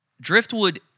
Driftwood